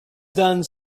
done